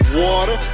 water